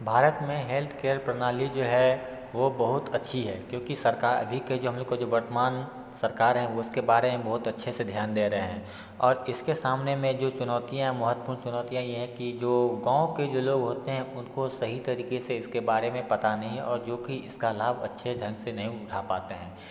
भारत में हेल्थकेयर प्रणाली जो है वह बहुत अच्छी है क्योंकि सरकार अभी के जो हम लोग को जो वर्तमान सरकार है वह उसके बारे में बहुत अच्छे से ध्यान दे रहें हैं और इसके सामने में जो चुनौतियाँ हैं महत्वपूर्ण चुनौतियाँ यह हैं कि जो गाँव के जो लोग होते हैं उनको सही तरीके से इसके बारे में पता नहीं है और जो कि इसका लाभ अच्छे ढंग से नहीं उठा पाते हैं